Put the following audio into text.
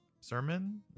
sermon